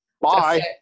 bye